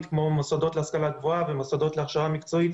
כמו מוסדות להשכלה גבוהה ומוסדות להכשרה מקצועית